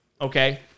okay